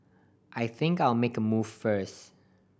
I think I'll make a move first